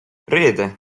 reede